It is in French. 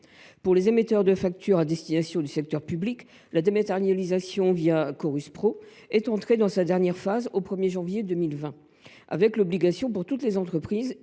Pour les émetteurs de factures à destination du secteur public, la dématérialisation via Chorus Pro est entrée dans sa dernière phase le 1 janvier 2020, avec l’obligation pour toutes les entreprises,